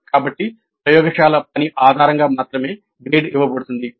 కాబట్టి ప్రయోగశాల పని ఆధారంగా మాత్రమే గ్రేడ్ ఇవ్వబడుతుంది